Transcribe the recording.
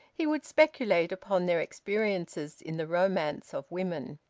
he would speculate upon their experiences in the romance of women.